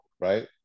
right